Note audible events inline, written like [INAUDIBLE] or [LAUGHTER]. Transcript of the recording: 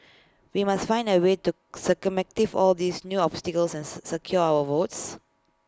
we must find A way to [UNINTELLIGIBLE] all these new obstacles since secure our votes